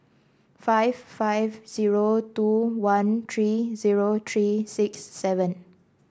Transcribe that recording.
five five zero two one three zero three six seven